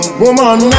woman